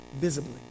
visibly